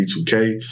B2K